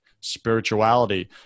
spirituality